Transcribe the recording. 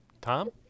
Tom